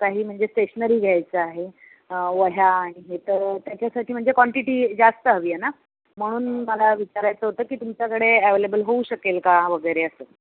काही म्हणजे स्टेशनरी घ्यायची आहे वह्या आणि इतर त्याच्यासाठी म्हणजे क्वांटिटी जास्त हवी आहे ना म्हणून मला विचारायचं होतं की तुमच्याकडे ॲवेलेबल होऊ शकेल का वगैरे असं